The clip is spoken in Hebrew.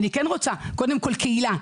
אני כן רוצה קודם כל קהילה,